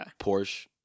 Porsche